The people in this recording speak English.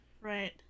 Right